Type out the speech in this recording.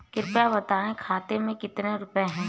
कृपया बताएं खाते में कितने रुपए हैं?